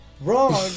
Wrong